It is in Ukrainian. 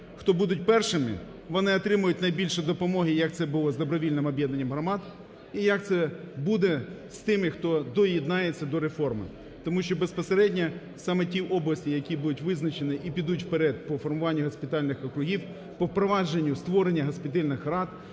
хто будуть першими, вони отримають найбільше допомоги, як це було з добровільним об'єднанням громад і як це буде з тими, хто доєднається до реформи. Тому що безпосередньо саме ті області, які будуть визначені і підуть вперед по формуванню госпітальних округів, по впровадженню і створенню госпітальних рад,